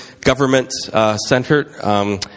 government-centered